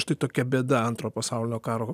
štai tokia bėda antro pasaulinio karo